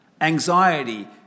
Anxiety